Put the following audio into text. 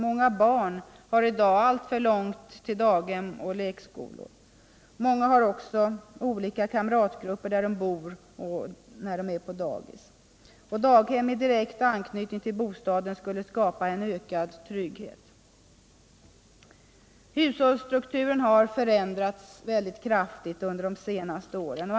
Många barn har i dag alltför långt till daghem eller lekskola, och många av dem har olika kamratgrupper där de bor och när de är på dagis. Daghem i direkt anknytning till bostaden skulle skapa ökad trygghet. Hushållsstrukturen har förändrats kraftigt under de senaste åren.